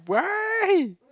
why